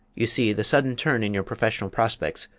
you see, the sudden turn in your professional prospects,